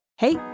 Hey